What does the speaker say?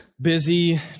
busy